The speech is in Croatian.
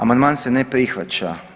Amandman se ne prihvaća.